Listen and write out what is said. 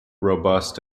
robust